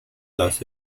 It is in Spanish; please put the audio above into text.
las